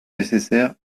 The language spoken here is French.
nécessaire